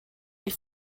ils